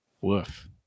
Woof